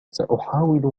سأحاول